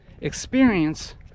experience